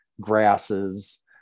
grasses